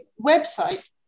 website